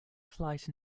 flight